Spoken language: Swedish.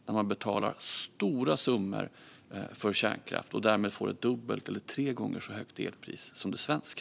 De betalar stora summor för kärnkraft och får därmed ett dubbelt eller tre gånger så högt elpris som det svenska.